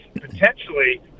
potentially